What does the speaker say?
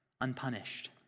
unpunished